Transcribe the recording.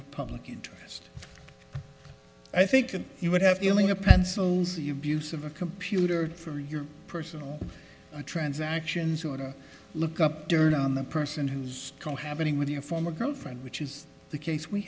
of public interest i think that you would have feeling a pencil's the abuse of a computer for your personal transactions or to look up dirt on the person whose cohabiting with your former girlfriend which is the case we